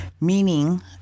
meaning